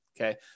Okay